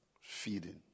Feeding